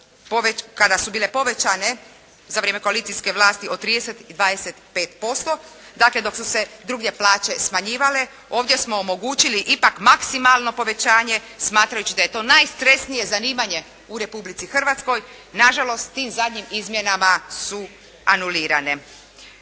kada su bile povećane za vrijeme koalicijske vlasti od 30 i 25% dakle dok su se drugdje plaće smanjivale, ovdje smo omogućili ipak maksimalno povećanje smatrajući da je to najstresnije zanimanje u Republici Hrvatskoj. Na žalost tim zadnjim izmjenama su anulirane.